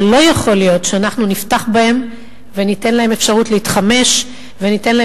אבל לא יכול להיות שנבטח בהם וניתן להם אפשרות להתחמש וניתן להם